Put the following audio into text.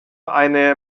eine